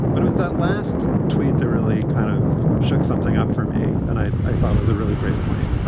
but it was that last tweet that really kind of shook something up for me and i i thought was a really great point.